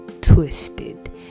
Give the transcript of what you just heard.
twisted